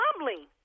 mumbling